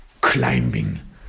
climbing